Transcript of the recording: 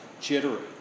jittery